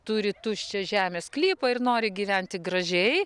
turi tuščią žemės sklypą ir nori gyventi gražiai